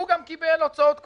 הוא גם קיבל הוצאות קבועות.